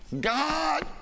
God